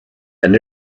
and